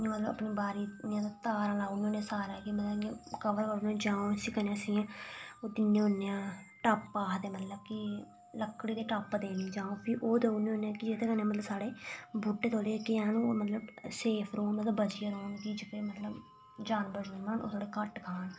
मतलब अपनी बाड़ी गी तार लाई नै होने इं'या गै कवर करी ओड़ने होन्ने जां उसी उत्त इंया होन्ने आं टप आखदे मतलब कि लकड़ी दी टप्प देनी ओह् फ्ही ओह् देई ओड़ने होन्ने कि जेह्दे कन्नै साढ़े बूह्टे जेह्के हैन ओह् मतलब सेफ रौह्न मतलब की बचियै रौह्न ते जानवर थोह्ड़े घट्ट खाह्न